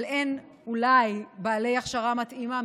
ומצד שני אין אולי בעלי הכשרה מתאימה.